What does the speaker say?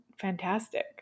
fantastic